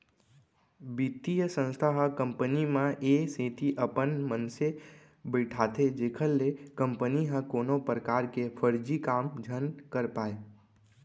बित्तीय संस्था ह कंपनी म ए सेती अपन मनसे बइठाथे जेखर ले कंपनी ह कोनो परकार के फरजी काम झन कर पाय